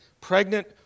pregnant